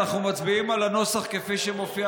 אנחנו מצביעים על הנוסח כפי שמופיע,